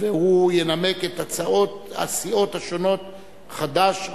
והוא ינמק את הצעות הסיעות השונות חד"ש,